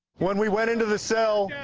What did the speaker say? when we went into the cell,